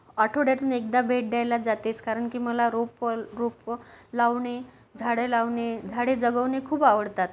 आठवड्यातून एकदा भेट द्यायला जातेस कारण की मला रोप रोपं लावणे झाडं लावणे झाडे जगवणे खूप आवडतात